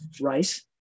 rice